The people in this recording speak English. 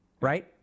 Right